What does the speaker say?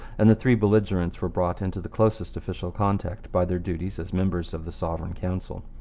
and the three belligerents were brought into the closest official contact by their duties as members of the sovereign council.